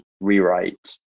rewrite